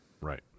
Right